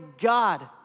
God